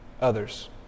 others